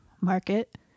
market